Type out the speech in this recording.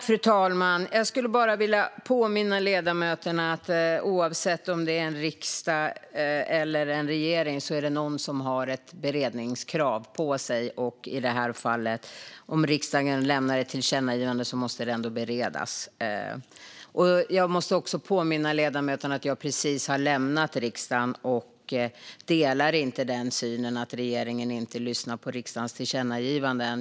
Fru talman! Jag skulle bara vilja påminna ledamöterna om att oavsett om det är riksdag eller regering är det någon som har ett beredningskrav på sig. Och om riksdagen lämnar ett tillkännagivande, som i det här fallet, måste det ändå beredas. Jag måste också påminna ledamöterna om att jag precis har lämnat riksdagen. Jag delar inte synen att regeringen inte lyssnar på riksdagens tillkännagivanden.